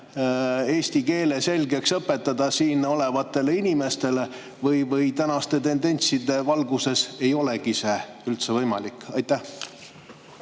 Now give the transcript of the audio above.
eesti keele selgeks õpetada siin olevatele inimestele? Või tänaste tendentside valguses ei olegi see üldse võimalik? Aitäh,